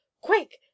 Quick